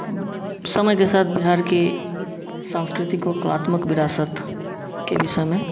समय के साथ बिहार के सांस्कृतिक और कलात्मक विरासत के विषय में